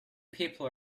people